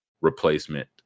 replacement